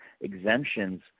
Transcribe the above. exemptions